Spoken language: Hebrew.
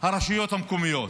הרשויות המקומיות,